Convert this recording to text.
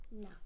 No